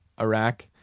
Iraq